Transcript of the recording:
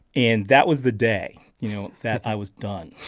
and that was the day, you know, that i was done